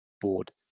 board